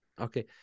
Okay